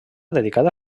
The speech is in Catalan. dedicada